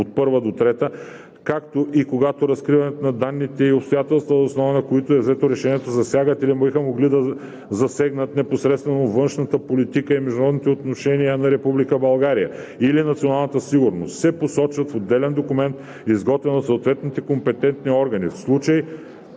1, т. 1 – 3, както и когато разкриването на данните и обстоятелствата, въз основа на които е взето решението, засягат или биха могли да засегнат непосредствено външната политика и международните отношения на Република България или националната сигурност, се посочват в отделен документ, изготвен от съответните компетентни органи.